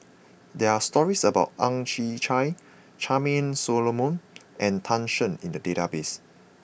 there are stories about Ang Chwee Chai Charmaine Solomon and Tan Shen in the database